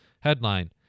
Headline